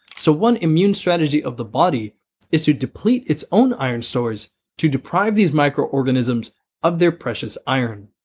so one immune strategy of the body is to deplete its own iron stores to deprive these microorganisms of their precious iron.